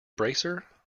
bracer